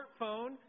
smartphone